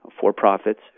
for-profits